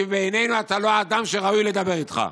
כי בעינינו אתה לא אדם שראוי לדבר איתו.